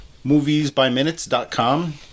moviesbyminutes.com